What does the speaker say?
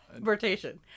Rotation